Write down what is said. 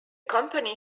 company